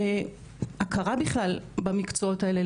הכרה בכלל במקצועות האלה,